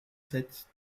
sept